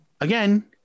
Again